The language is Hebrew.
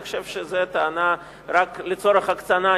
אני חושב שזו טענה רק לצורך הקצנה.